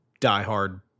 diehard